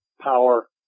power